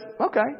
okay